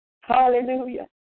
Hallelujah